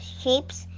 shapes